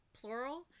plural